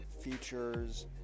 features